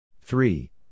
three